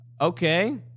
Okay